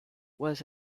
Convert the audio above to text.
was